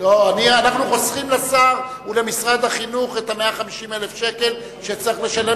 חוסכים לשר ולמשרד החינוך את ה-150,000 שצריך לשלם